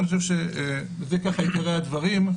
אני חושב שאלה עיקרי הדברים.